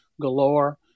galore